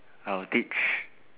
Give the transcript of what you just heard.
I will teach